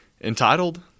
entitled